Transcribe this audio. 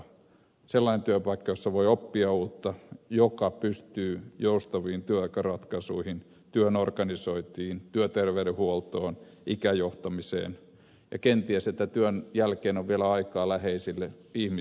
sellainen työpaikka jossa voi oppia uutta joka pystyy joustaviin työaikaratkaisuihin työn organisointiin työterveydenhuoltoon ikäjohtamiseen ja kenties siihen että työn jälkeen on vielä aikaa läheisille ihmisillekin